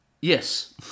Yes